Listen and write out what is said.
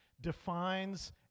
defines